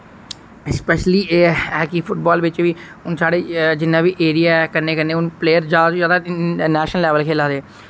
specially एह् ऐ की फुटबाल बिच वि हुन साढ़े जिन्ना वि एरिया ऐ कन्नै कन्नै हुन प्लेयर ज्यादा तो ज्यादा नैशनल लैवल खेला दे